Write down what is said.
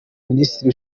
minisitiri